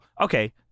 okay